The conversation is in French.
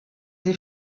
des